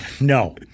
No